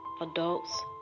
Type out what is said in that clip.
Adults